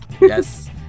Yes